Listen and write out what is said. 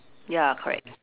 ya correct